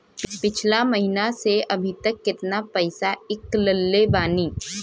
पिछला महीना से अभीतक केतना पैसा ईकलले बानी?